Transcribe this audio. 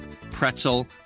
pretzel